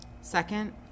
Second